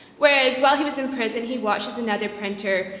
whereas while he was in prison, he washes another printer,